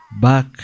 back